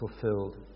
fulfilled